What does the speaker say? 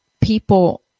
people